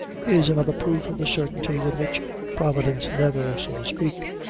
is another proof of the certainty with which providence never, so to speak,